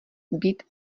být